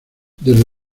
desde